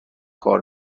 کار